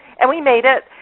and we made it.